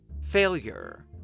Failure